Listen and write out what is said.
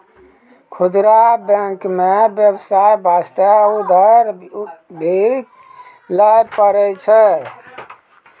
खुदरा बैंक मे बेबसाय बास्ते उधर भी लै पारै छै